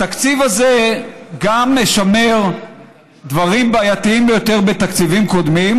התקציב הזה גם משמר דברים בעייתיים ביותר בתקציבים קודמים,